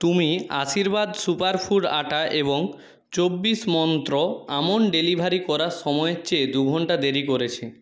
তুমি Aashirvaad super food atta এবং চব্বিশ মন্ত্র আমন্ড ডেলিভারি করার সময়ের চেয়ে দু ঘন্টা দেরি করেছি